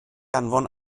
anfon